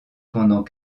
pendant